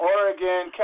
Oregon